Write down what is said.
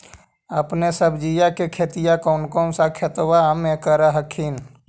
अपने सब्जिया के खेतिया कौन सा खेतबा मे कर हखिन?